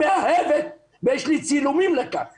מאהבת ויש לי צילומים לכך